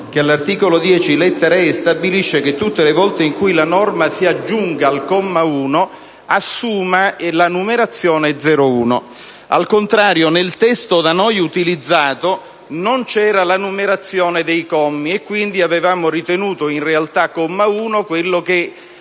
che all'articolo 10, lettera *e)*, stabilisce che, tutte le volte in cui la norma si aggiunga al comma 1, assuma la numerazione 01. Al contrario, nel testo da noi utilizzato non c'era la numerazione dei commi, quindi avevamo ritenuto comma 1 quello che